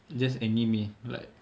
just anime like